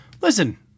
listen